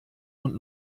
und